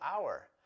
hour